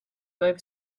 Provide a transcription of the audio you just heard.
grove